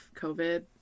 COVID